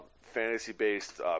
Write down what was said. fantasy-based